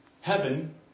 heaven